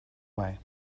way